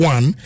One